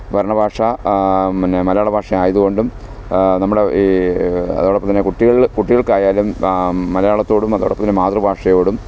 ഭരണഭാഷ പിന്നെ മലയാളഭാഷ ആയതുകൊണ്ടും നമ്മുടെ ഈ അതോടൊപ്പം തന്നെ കുട്ടികളില് കുട്ടികള്ക്ക് ആയാലും മലയാളത്തോടും അതോടൊപ്പം തന്നെ മാതൃഭാഷയോടും